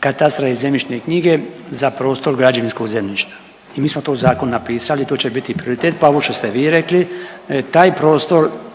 katastra i zemljišne knjige za prostor građevinskog zemljišta i mi smo to u zakonu napisali i to će biti prioritet. Pa ovo što ste vi rekli taj prostor